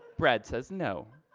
red says no.